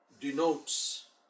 denotes